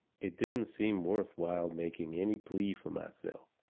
it didn't seem worth while making any plea for myself.